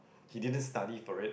he didn't study for it